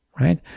right